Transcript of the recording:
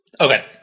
Okay